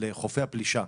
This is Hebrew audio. לחופי הפלישה,